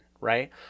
right